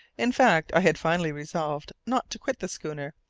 in fact, i had finally resolved not to quit the schooner,